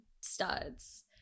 studs